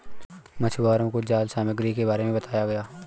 मछुवारों को जाल सामग्री के बारे में बताया गया